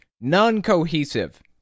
non-cohesive